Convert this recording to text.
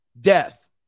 death